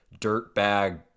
dirtbag